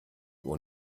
uhr